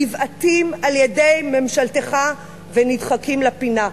נבעטים על-ידי ממשלתך ונדחקים לפינה.